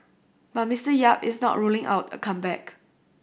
but Mister Yap is not ruling out a comeback